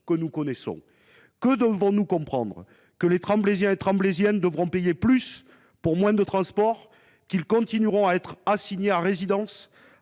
que nous connaissons. Que devons nous comprendre ? Que les habitants de Tremblay en France devront payer plus pour moins de transports ? Qu’ils continueront à être assignés à résidence ?